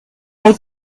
may